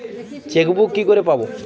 Chequebook কি করে পাবো?